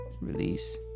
release